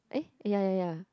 eh ya ya ya